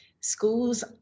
Schools